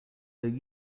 though